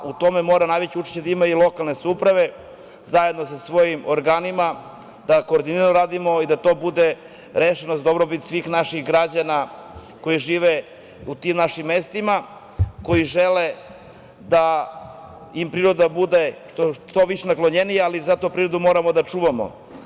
U tome mora najveće učešće da ima i lokalne samouprave, zajedno sa svojim organima, da koordinirano radimo i da to bude rešeno za dobrobit svih naših građana koji žive u tim našim mestima, koji žele da im priroda bude što više naklonjenija, ali zato prirodu moramo da čuvamo.